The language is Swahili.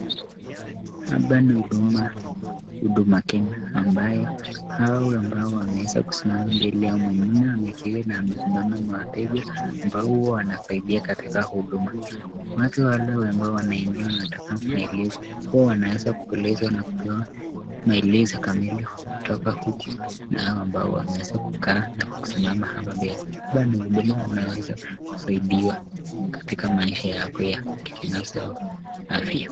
Hapa ni huduma huduma Kenya ambayo hawa ambao wameweza kusimama mbele yao mwingine ameketi na amesimama ni wateja ambao huwa wanasaidika katika huduma. Watu wale ambao wanaingia wanataka maelezo huwa wanaweza kuelezwa na kupewa maelezo kamilifu kutoka huku na hawa ambao wameweza kukaa na kusimama hapa mbele. Hapa ni huduma unaweza kusaidiwa katika maisha yako ya kibinafsi au afya.